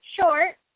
short